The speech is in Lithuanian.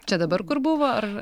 čia dabar kur buvo ar